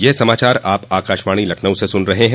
ब्रे क यह समाचार आप आकाशवाणी लखनऊ से सुन रहे हैं